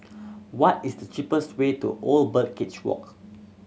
what is the cheapest way to Old Birdcage Walk